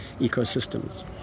ecosystems